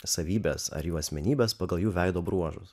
savybes ar jų asmenybes pagal jų veido bruožus